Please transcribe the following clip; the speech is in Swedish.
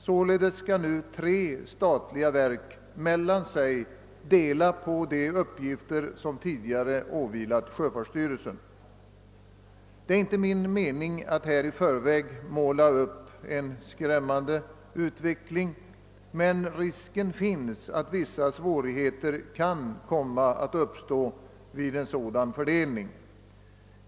Således skall nu tre statliga verk mellan sig dela de uppgifter som tidigare åvilat sjöfartsstyrelsen. Det är inte min mening att i förväg måla upp en skrämmande utveckling, men risken finns att vissa svårigheter kan uppstå vid en sådan fördelning.